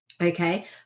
Okay